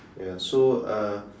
ya so uh